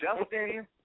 Justin